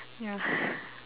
ya